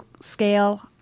scale